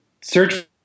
search